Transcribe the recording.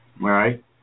right